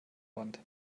band